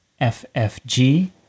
ffg